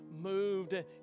moved